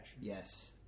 Yes